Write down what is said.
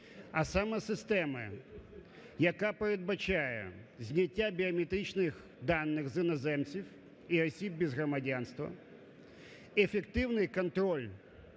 а саме системи, яка передбачає зняття біометричних даних з іноземців і осіб без громадянства, ефективний контроль